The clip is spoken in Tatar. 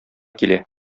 килә